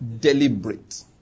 Deliberate